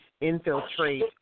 infiltrate